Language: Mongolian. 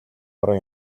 орон